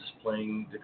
playing